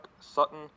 Sutton